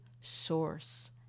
source